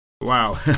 Wow